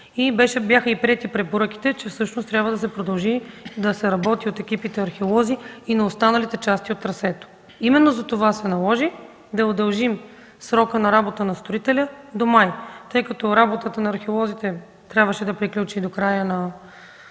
и бяха приети препоръките, че всъщност трябва да продължи да се работи от екипите археолози и на останалите части от трасето. Именно затова се наложи да удължим срока на работа на строителя до май, тъй като работата на археолозите трябваше да приключи до края на